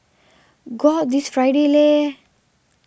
go out this Friday Lei